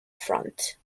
front